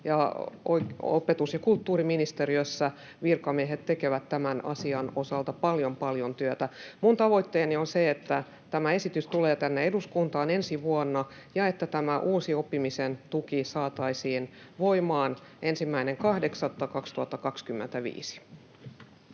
opetus- ja kulttuuriministeriössä virkamiehet tekevät tämän asian osalta paljon, paljon työtä. Minun tavoitteeni on se, että tämä esitys tulee tänne eduskuntaan ensi vuonna ja että tämä uusi oppimisen tuki saataisiin voimaan 1.8.2025.